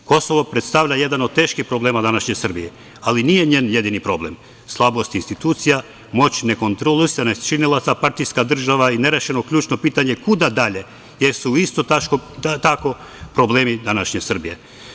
Kosovo predstavlja jedan od teških problema današnje Srbije, ali nije njen jedini problem, slabosti institucija, moćne kontrole SNS partijska država i nerešeno ključno pitanje kuda dalje, jer su isto tako problemi današnje Srbije.